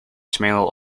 smell